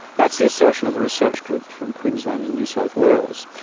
that's the assertion of a research group from queensland and new south wales.